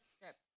script